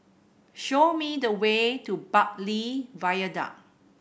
show me the way to Bartley Viaduct